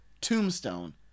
Tombstone